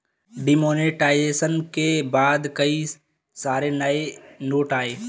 demonetisation के बाद कई सारे नए नोट आये